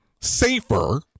safer